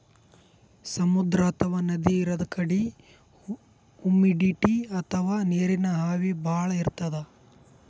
ಸಮುದ್ರ ಅಥವಾ ನದಿ ಇರದ್ ಕಡಿ ಹುಮಿಡಿಟಿ ಅಥವಾ ನೀರಿನ್ ಆವಿ ಭಾಳ್ ಇರ್ತದ್